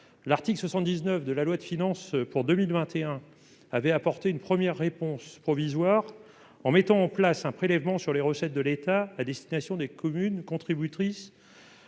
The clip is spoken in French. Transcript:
L'article 79 de la loi de finances pour 2021 avait apporté une première réponse provisoire en mettant en place un prélèvement sur les recettes de l'État à destination des communes contributrices